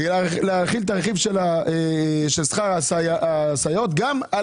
להחיל את הרכיב של שכר הסייעות גם על